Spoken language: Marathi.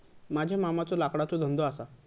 माझ्या मामाचो लाकडाचो धंदो असा